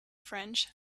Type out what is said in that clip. french